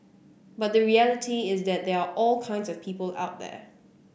but the reality is that there are all kinds of people out there